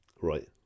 right